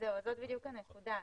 זאת בדיוק הנקודה.